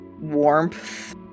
warmth